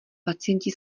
pacienti